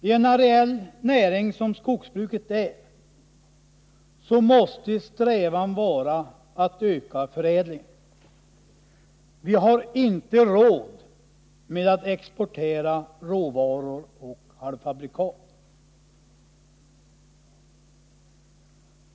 I en areell näring som skogsbruket är, så måste strävan vara att öka förädlingen — vi har inte råd med att exportera råvaror och halvfabrikat.